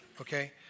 okay